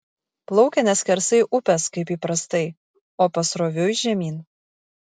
plaukia ne skersai upės kaip įprastai o pasroviui žemyn